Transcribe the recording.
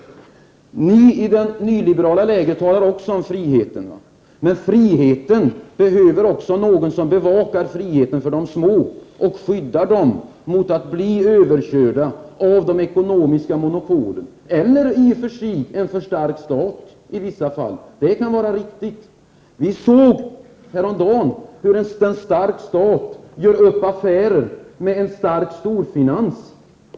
Nii det nyliberala lägret talar också om frihet. Men i friheten behövs också någon som bevakar friheten för de små och skyddar dem från att bli överkörda av de ekonomiska monopolen — eller i och för sig av en för stark stat i vissa fall; det kan vara riktigt. Vi såg häromdagen hur en stark stat gör upp affärer med en stark storfinans.